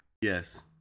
Yes